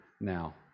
now